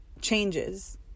changes